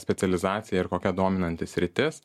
specializacija ir kokia dominanti sritis